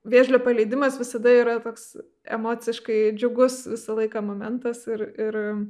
vėžlio paleidimas visada yra toks emociškai džiugus visą laiką momentas ir ir